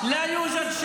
תודה.